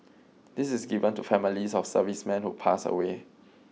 this is given to families of servicemen who pass away